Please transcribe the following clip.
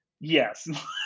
Yes